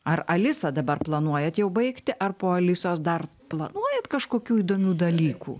ar alisą dabar planuojat jau baigti ar po alisos dar planuojat kažkokių įdomių dalykų